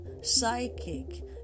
psychic